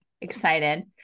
Excited